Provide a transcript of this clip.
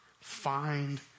find